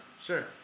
sure